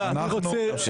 ממש.